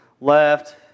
left